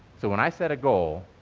so, when i sat a goal,